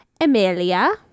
Emilia